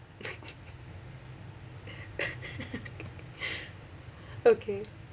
okay